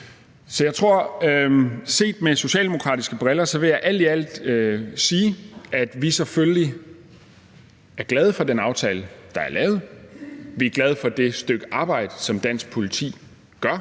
og det er set gennem socialdemokratiske briller – alt i alt kan sige, at vi selvfølgelig er glade for den aftale, der er lavet. Vi er glade for det stykke arbejde, som dansk politi gør.